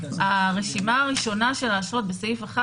הרשימה הראשונה של האשרות בסעיף 1